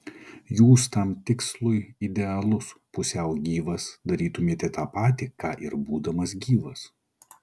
jūs tam tikslui idealus pusiau gyvas darytumėte tą patį ką ir būdamas gyvas